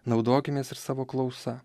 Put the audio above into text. naudokimės ir savo klausa